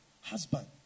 husband